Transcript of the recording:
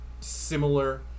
similar